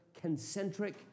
concentric